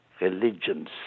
religions